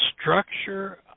structure